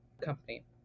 company